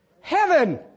Heaven